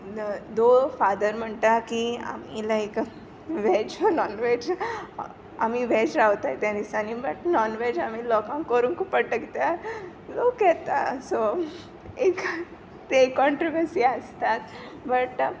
दो father म्हणटा की आमी लायक वॅज ओ नॉनवॅज आमी वॅज रावताय त्या दिसांनी बट नॉनवॅज आमी लोकांक करुंकू पोडटा किद्या लोक येता सो ती एक क्रोन्ट्रोवसी आसताच बट एक लायक